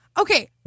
Okay